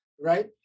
right